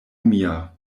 mia